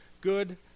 good